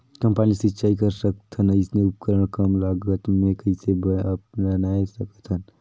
कम पानी ले सिंचाई कर सकथन अइसने उपकरण कम लागत मे कइसे बनाय सकत हन?